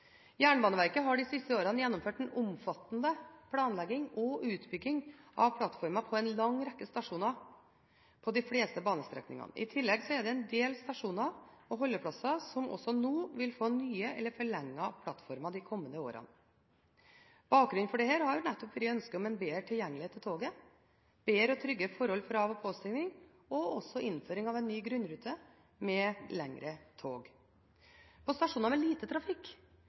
Jernbaneverket har de siste årene gjennomført en omfattende planlegging og utbygging av plattformer på en lang rekke stasjoner på de fleste banestrekningene. I tillegg er det en del stasjoner og holdeplasser som vil få nye eller forlengede plattformer de kommende årene. Bakgrunnen for dette har nettopp vært ønsket om bedre tilgjengelighet til toget, bedre og tryggere forhold for av- og påstigning, og innføring av ny grunnrute med lengre tog. På stasjoner med lite trafikk